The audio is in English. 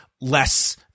less